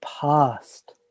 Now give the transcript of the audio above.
past